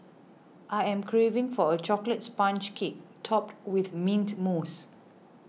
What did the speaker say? I am craving for a Chocolate Sponge Cake Topped with Mint Mousse